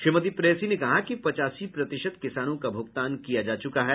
श्रीमती प्रियेसी ने कहा कि पचासी प्रतिशत किसानों का भूगतान किया जा चुका है